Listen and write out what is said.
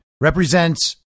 represents